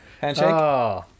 handshake